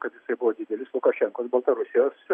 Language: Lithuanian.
kad jisai buvo didelis lukašenkos baltarusijos